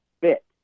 fit